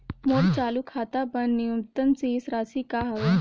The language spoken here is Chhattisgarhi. मोर चालू खाता बर न्यूनतम शेष राशि का हवे?